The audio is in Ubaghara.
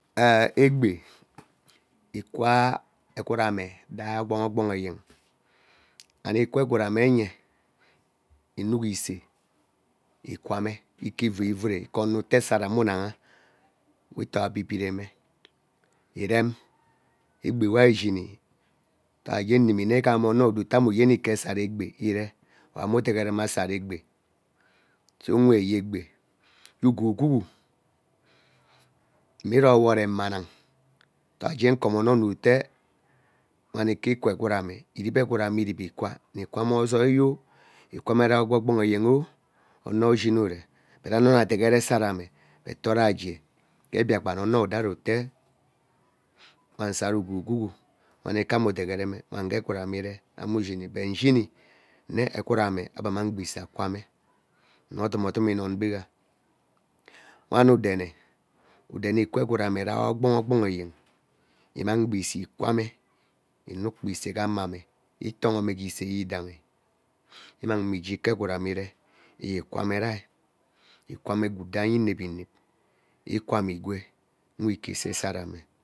Ee egbee ikwa egwet ramerai ogboho ogboho eyen and ikwua egwet amenye inuk isee ikwame ike ivuu vume ike ono ute sara unaha we itoo abibire mame iven egbe wari ishini tarajen inimi nne ighama ono we odo ita ame yeni ike sara egbe iree oro ame udegerema sara egbe so nwe ye egbe ugwu gwugu imuroiwo remanang taraje ukomo nne ono ete wan ike akwaa ame rip ikwaa nne kwaa me ozoi nne kwame rai ogbugbum eten oh owo we ushini uve but ano nna degere sara eme, but toraje ke biakpan ono we udo ari ate wan sara ugwugwugu wen ikeme udegere wen ngae egwood eme ire ame ushini, but ishini ete egwood ame ebe immang gba i see akwaama une odumo odume inon gbega. Wen idene udene ikwaa egwood rai ogbonho ogbonho eyen immang agba i see ikwame inuk kpaa isee gee amane itoohome gee isee yidaihi immang me igee ike egwood raine ire igee ike kwame rai ikwa gwood rainy inep inep ikwame igwee uwe ike isee sara me.